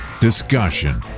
discussion